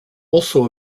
also